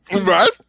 Right